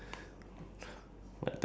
so I become small